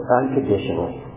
unconditionally